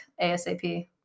ASAP